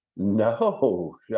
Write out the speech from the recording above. No